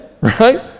Right